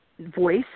voice